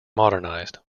modernized